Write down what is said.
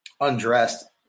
undressed